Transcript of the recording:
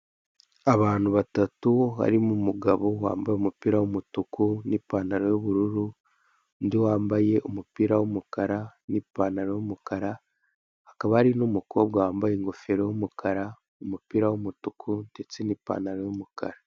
Abantu batatu harimo umugabo wambaye umupira w'umutuku n'ipantaro y'ubururu, undi wambaye umupira w'umukara n'ipantaro y'umukara, hakaba hari n'umukobwa wambaye ingofero y'umukara, umupira w'umutuku ndetse n'ipantaro y'umukara.